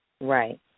Right